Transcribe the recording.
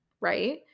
right